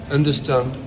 understand